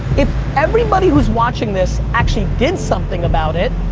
if everybody who's watching this actually did something about it,